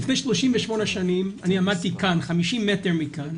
לפני 38 שנים, אני עמדתי כאן, 50 מטר מכאן,